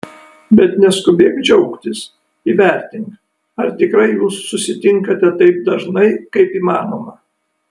bet neskubėk džiaugtis įvertink ar tikrai jūs susitinkate taip dažnai kaip įmanoma